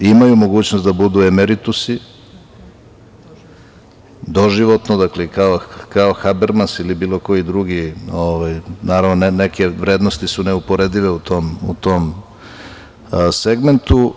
Imaju mogućnost da budu emeritusi doživotno, kao Habermans ili bilo koji drugi, naravno neke vrednosti su neuporedive u tom segmentu.